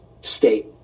state